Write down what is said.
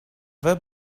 web